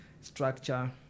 structure